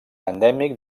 endèmic